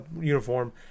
uniform